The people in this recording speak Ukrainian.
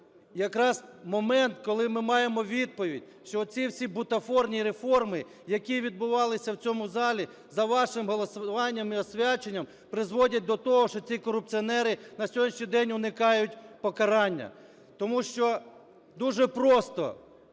якраз момент, коли ми маємо відповідь, що оці всі бутафорні реформи, які відбувалися в цьому залі за вашим голосуванням і освяченням, призводять до того, що ті корупціонери, на сьогоднішній день уникають покарання, тому що дуже просто